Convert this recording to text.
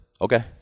Okay